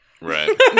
right